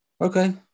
Okay